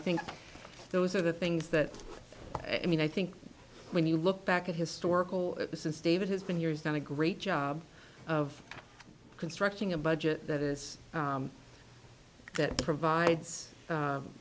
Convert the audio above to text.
think those are the things that i mean i think when you look back at historical at this is david has been years and a great job of constructing a budget that is that provides